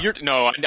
no